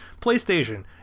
PlayStation